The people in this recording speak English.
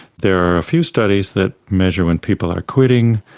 there are a few studies that measure when people are quitting,